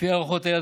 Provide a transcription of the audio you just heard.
לפי הערכות אלה,